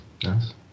Yes